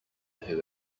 who